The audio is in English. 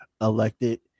elected